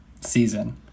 season